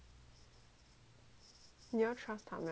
你要是 trust 他 meh 我不要 trust 他